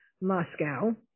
Moscow